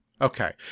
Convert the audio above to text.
Okay